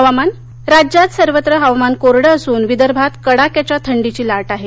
हवामान राज्यात सर्वत्र हवामान कोरडं असून विदर्भात कडाक्याच्या थंडीची लाट आहे